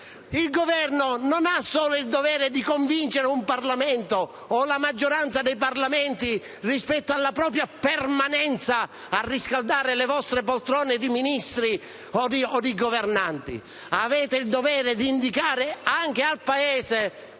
Il Governo non ha solo il dovere di convincere un Parlamento o la maggioranza dei Parlamenti, rispetto alla propria permanenza a riscaldare le poltrone di Ministri o di governanti; ha il dovere di indicare anche al Paese